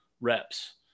reps